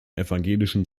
evangelischen